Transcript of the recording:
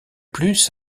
plus